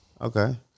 Okay